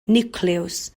niwclews